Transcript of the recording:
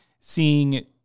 seeing